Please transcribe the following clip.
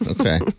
Okay